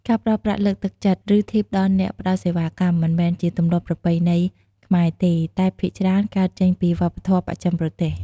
ការផ្ដល់ប្រាក់លើកទឹកចិត្ត ឬធីបដល់អ្នកផ្ដល់សេវាកម្ម មិនមែនជាទម្លាប់ប្រពៃណីខ្មែរទេ តែភាគច្រើនកើតចេញពីវប្បធម៌បស្ចឹមប្រទេស។